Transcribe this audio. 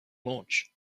launch